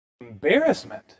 embarrassment